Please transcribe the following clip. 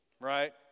right